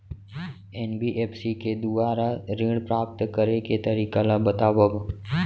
NBFC के दुवारा ऋण प्राप्त करे के तरीका ल बतावव?